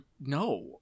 No